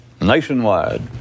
nationwide